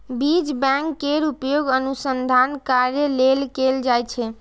बीज बैंक केर उपयोग अनुसंधान कार्य लेल कैल जाइ छै